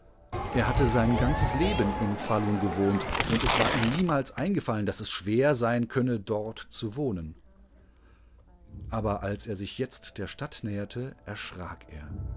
er hatte sein ganzes leben in falun gewohnt und es war ihm niemals eingefallen daßesschwerseinkönne dortzuwohnen aberalsersichjetzt der stadt näherte erschrak er